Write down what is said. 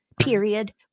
Period